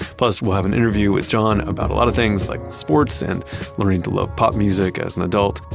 plus, we'll have an interview with john about a lot of things like sports and learning to love pop music as an adult.